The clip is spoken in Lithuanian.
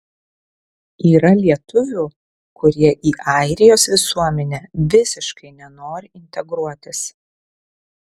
yra lietuvių kurie į airijos visuomenę visiškai nenori integruotis